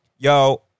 Yo